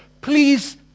Please